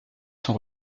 son